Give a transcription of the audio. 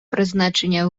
призначення